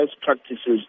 practices